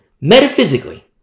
Metaphysically